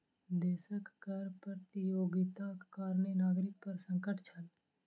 देशक कर प्रतियोगिताक कारणें नागरिक पर संकट छल